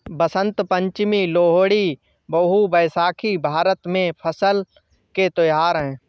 बसंत पंचमी, लोहड़ी, बिहू, बैसाखी भारत में फसल के त्योहार हैं